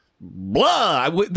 Blah